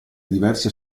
diversi